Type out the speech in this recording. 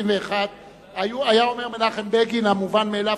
היה אומר מנחם בגין: המובן מאליו,